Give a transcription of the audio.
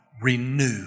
renew